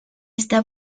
esta